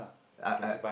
I I